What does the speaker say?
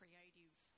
Creative